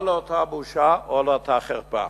אוי לאותה בושה, אוי לאותה חרפה.